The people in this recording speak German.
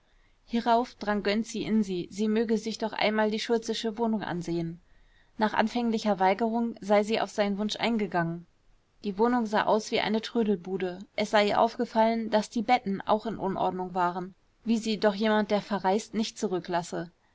hierauf drang gönczi in sie sie möchte sich doch einmal die schultzesche wohnung ansehen nach anfänglicher weigerung sei sie auf seinen wunsch eingegangen gegangen die wohnung sah aus wie eine trödelbude es sei ihr aufgefallen daß die betten auch in unordnung waren wie sie doch jemand der verreist nicht zurücklasse